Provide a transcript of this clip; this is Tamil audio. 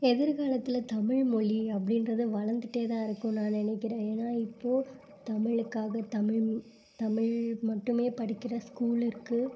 எதிர்காலத்தில் தமிழ்மொழி அப்படின்றது வளர்ந்துட்டே தான் இருக்கும் நான் நினைக்கிறேன் ஏன்னால் இப்போது தமிழுக்காக தமிழ் தமிழ் மட்டுமே படிக்கிற ஸ்கூலு இருக்குது